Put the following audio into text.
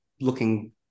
looking